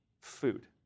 food